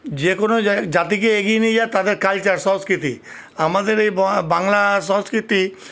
যে কোনো জাতিকে এগিয়ে নিয়ে যায় তাদের কালচার সংস্কৃতি আমাদের এই বাংলা সংস্কৃতি